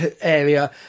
area